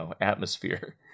atmosphere